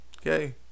okay